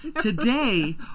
today